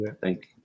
Thank